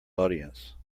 audience